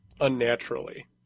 unnaturally